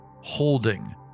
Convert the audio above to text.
holding